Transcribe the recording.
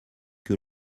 que